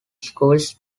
schools